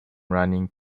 running